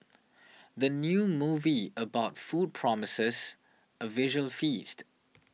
the new movie about food promises a visual feast